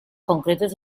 concretos